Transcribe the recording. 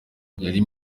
yari